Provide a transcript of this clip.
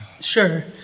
Sure